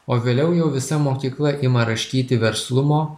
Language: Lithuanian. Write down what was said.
o vėliau jau visa mokykla ima raškyti verslumo